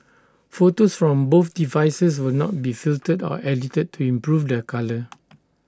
photos from both devices will not be filtered or edited to improve their colour